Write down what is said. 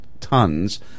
tons